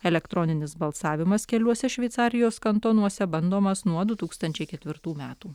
elektroninis balsavimas keliuose šveicarijos kantonuose bandomas nuo du tūkstančiai ketvirtų metų